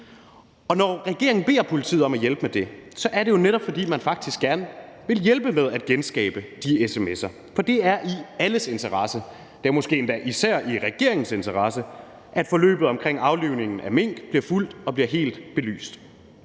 Når regeringen beder politiet om at hjælpe med det, er det netop, fordi man faktisk gerne vil hjælpe med at genskabe de sms'er, for det er i alles interesse. Det er måske endda især i regeringens interesse, at forløbet omkring aflivningen af mink bliver fulgt og bliver helt belyst.